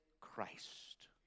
Christ